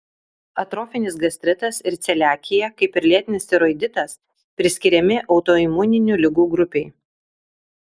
atrofinis gastritas ir celiakija kaip ir lėtinis tiroiditas priskiriami autoimuninių ligų grupei